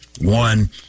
One